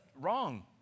wrong